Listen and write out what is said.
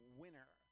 winner